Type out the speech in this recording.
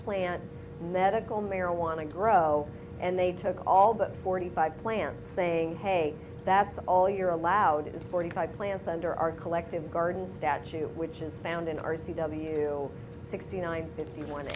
plant medical marijuana grow and they took all but forty five plants saying hey that's all you're allowed it is forty five plants under our collective garden statue which is found in our c w sixty nine fifty one